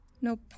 No